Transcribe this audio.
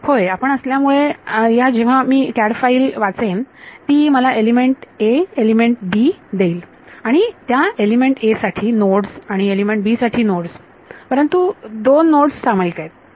होय आपण असल्यामुळे या जेव्हा मी CAD फाईल वाचेन ती मला एलिमेंट a एलिमेंट b देईल आणि आणि त्या एलिमेंट 'a' साठी नोडस आणि एलिमेंट 'b' साठी नोडस परंतु 2 नोडस सामायिक आहेत